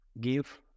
give